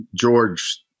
George –